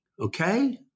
okay